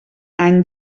any